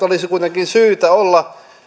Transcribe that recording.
olisi kuitenkin syytä olla